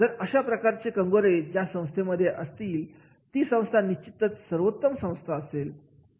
जर अशा प्रकारचे कंगोरे ज्या संस्थेमध्ये असतील ती निश्चितच सर्वोत्तम संस्था असेल